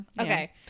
Okay